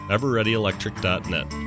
EverReadyElectric.net